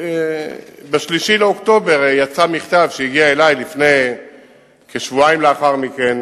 ב-3 באוקטובר יצא מכתב שהגיע אלי כשבועיים לאחר מכן,